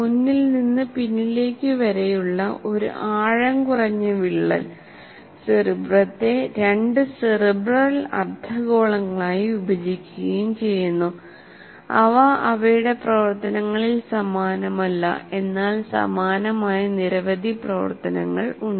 മുന്നിൽ നിന്ന് പിന്നിലേക്ക് വരെയുള്ള ഒരു ആഴം കുറഞ്ഞ വിള്ളൽ സെറിബ്രത്തെ രണ്ട് സെറിബ്രൽ അർദ്ധഗോളങ്ങളായി വിഭജിക്കുകയും ചെയ്യുന്നു അവ അവയുടെ പ്രവർത്തനങ്ങളിൽ സമാനമല്ല എന്നാൽ സമാനമായ നിരവധി പ്രവർത്തനങ്ങൾ ഉണ്ട്